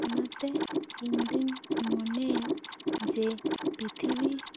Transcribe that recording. ᱚᱱᱟᱛᱮ ᱤᱧ ᱫᱚᱹᱧ ᱢᱚᱱᱮᱭᱟ ᱡᱮ ᱯᱤᱛᱷᱤᱵᱤ